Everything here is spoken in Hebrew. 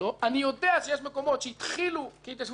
אני יודע שיש מקומות שהתחילו כהתיישבות כפרית,